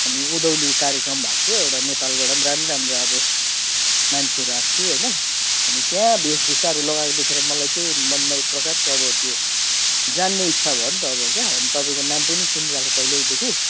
अनि उँधौली कार्यक्रम भएको थियो एउटा नेपालबाट पनि राम्रो राम्रो अब मान्छेहरू आएका थिए होइन अनि त्यहाँ वेशभूषाहरू लगाएको देखेर मलाई चाहिँ मनमा एक प्रकारको अब त्यो जान्ने इच्छा भयो नि त अब क्या अनि तपाईँको नाम पनि सुनिरहेको पहिलेदेखि